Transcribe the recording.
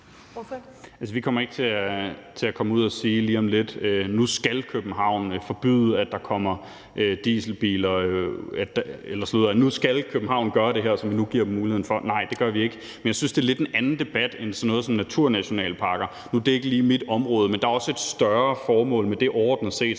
Vi kommer ikke lige om lidt til at komme ud og sige, at nu skal København gøre det her, som vi nu giver dem muligheden for. Nej, det gør vi ikke. Men jeg synes, at det er en lidt anden debat end sådan noget som naturnationalparker. Nu er det ikke lige mit område, men der er også et større formål med det overordnet set,